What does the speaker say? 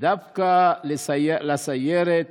דווקא לסיירת